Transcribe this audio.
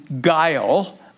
guile